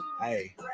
hey